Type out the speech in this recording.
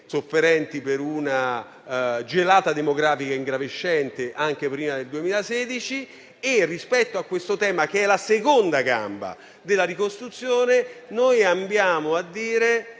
sofferenti per una gelata demografica ingravescente anche prima del 2016. Rispetto a quest'ultimo tema, che è la seconda gamba della ricostruzione, noi ambiamo a dire